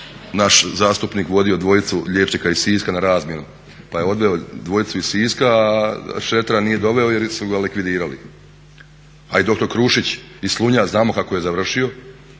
naš zastupnik vodio dvojicu liječnika iz Siska na razmjenu, pa je odveo dvojicu iz Siska, a Šretera nije doveo jer su ga likvidirali. A i dr. Krušić iz Slunja znamo kako je završio,